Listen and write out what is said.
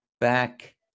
back